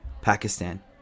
Pakistan